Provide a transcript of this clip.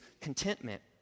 contentment